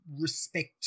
respect